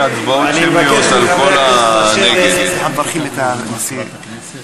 אני מבקש מחברי הכנסת לשבת.